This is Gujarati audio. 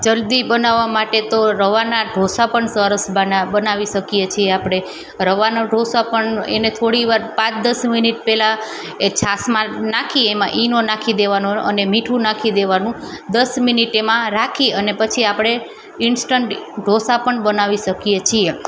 જલ્દી બનાવવા માટે તો રવાના ઢોંસા પણ સરસ બના બનાવી શકીએ છીએ આપણે રવાના ઢોંસા પણ એને થોડી વાર પાંચ દસ મિનિટ પહેલાં એ છાશમાં નાખી એમાં ઇનો નાખી દેવાનો અને મીઠું નાખી દેવાનું દસ મિનિટ એમાં રાખી અને પછી આપણે ઇન્સ્ટન્ટ ઇ ઢોંસા પણ બનાવી શકીએ છીએ